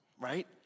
right